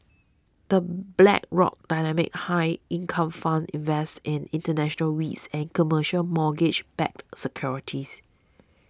the Blackrock Dynamic High Income Fund invests in international Reits and commercial mortgage backed securities